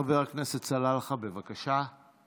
חבר הכנסת סלאלחה, בבקשה.